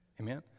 Amen